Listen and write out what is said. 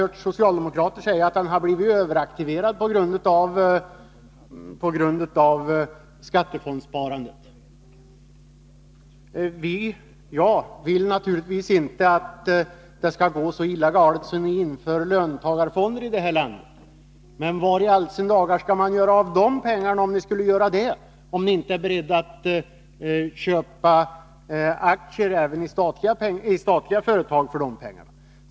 hört socialdemokrater säga att den har blivit överaktiverad på grund av skattefondssparandet. Jag vill naturligtvis inte att det skall gå så illa galet att vi inför löntagarfonder i det här landet, men — om ni skulle göra det — vad skall ni göra av pengarna, om ni inte är beredda att köpa aktier även i statliga företag för dem?